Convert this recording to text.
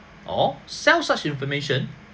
or sell such information